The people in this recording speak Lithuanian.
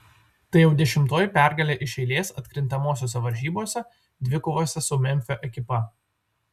tai jau dešimtoji pergalė iš eilės atkrintamosiose varžybose dvikovose su memfio ekipa